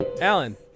Alan